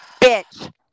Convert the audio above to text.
bitch